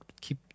keep